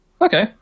Okay